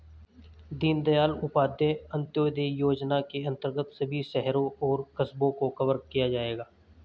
दीनदयाल उपाध्याय अंत्योदय योजना के अंतर्गत सभी शहरों और कस्बों को कवर किया जाएगा